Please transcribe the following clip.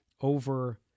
over